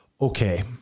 okay